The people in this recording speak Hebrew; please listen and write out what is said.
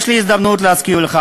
ממש לא.